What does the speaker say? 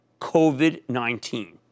COVID-19